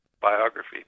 biography